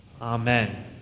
Amen